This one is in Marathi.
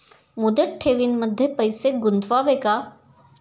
मुदत ठेवींमध्ये पैसे गुंतवावे का?